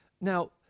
Now